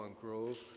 Grove